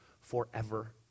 forever